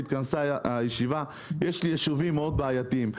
מאוד בעייתיים,